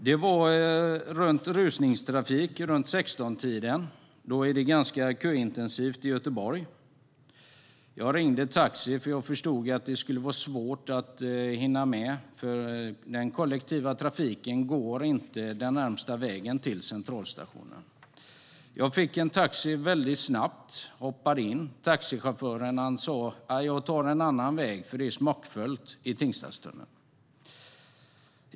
Det var runt 16-tiden i rusningstrafiken. Då är det köintensivt i Göteborg. Jag ringde taxi eftersom jag förstod att det skulle vara svårt att hinna till tåget. Den kollektiva trafiken går inte den närmaste vägen till Centralstation. Jag fick en taxi snabbt och hoppade in. Taxichauffören sa att han skulle ta en annan väg eftersom det var smockfullt i Tingstadstunneln.